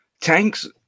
Tank's